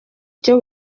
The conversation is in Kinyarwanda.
cyo